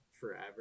forever